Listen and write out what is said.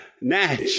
Natch